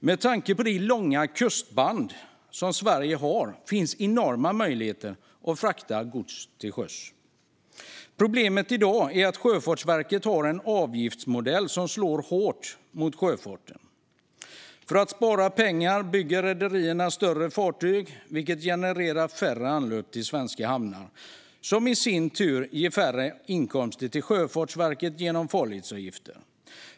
Med tanke på det långa kustband Sverige har finns enorma möjligheter att frakta gods till sjöss. Problemet i dag är att Sjöfartsverket har en avgiftsmodell som slår hårt mot sjöfarten. För att spara pengar bygger rederierna större fartyg, vilket genererar färre anlöp till svenska hamnar. Detta ger i sin tur mindre inkomster till Sjöfartsverket genom farledsavgifter.